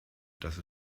dass